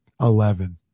eleven